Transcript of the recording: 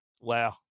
Wow